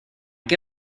qué